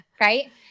right